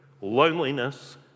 loneliness